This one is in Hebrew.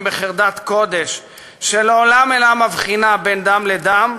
בחרדת קודש שלעולם אינה מבחינה בין דם לדם,